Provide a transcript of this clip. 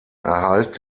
erhalt